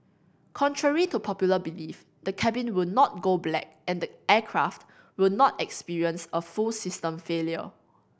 contrary to popular belief the cabin will not go black and the aircraft will not experience a full system failure